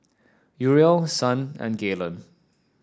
Uriel Son and Gaylon